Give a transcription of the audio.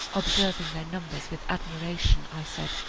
observing their numbers with admiration, i said,